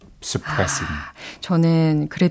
suppressing